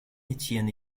étienne